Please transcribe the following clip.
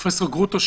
פרופ' גרוטו,